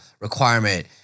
requirement